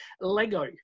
Lego